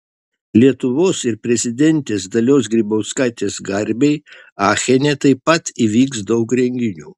lietuvos ir prezidentės dalios grybauskaitės garbei achene taip pat įvyks daug renginių